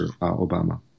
Obama